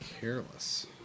careless